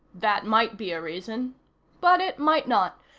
that might be a reason but it might not.